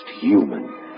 human